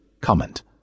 comment